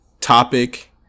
topic